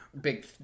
big